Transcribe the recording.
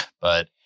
but-